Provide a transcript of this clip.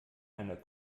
einer